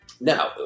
Now